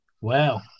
Wow